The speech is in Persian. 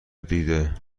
دیده